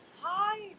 Hi